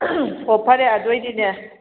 ꯑꯣ ꯐꯔꯦ ꯑꯗꯨ ꯑꯣꯏꯗꯤꯅꯦ